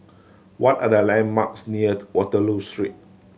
what are the landmarks near Waterloo Street